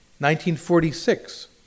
1946